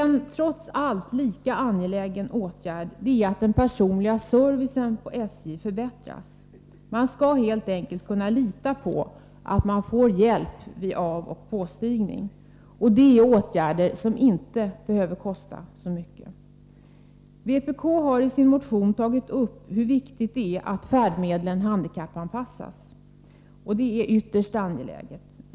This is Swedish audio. En trots allt lika angelägen åtgärd är att den personliga servicen på SJ förbättras. Man skall helt enkelt kunna lita på att man får hjälp vid avoch påstigning, och det är åtgärder som inte behöver kosta så mycket. Vpk har i sin motion tagit upp hur viktigt det är att färdmedlen handikappanpassas, och det är ytterst angeläget.